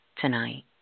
tonight